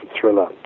thriller